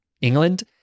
England